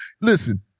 listen